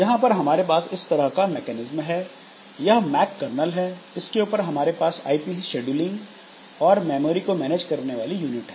यहां पर हमारे पास इस तरह का मैकेनिज्म है यह मैक कर्नल है इसके ऊपर हमारे पास आईपीसी शेड्यूलिंग और मेमोरी को मैनेज करने वाली यूनिट हैं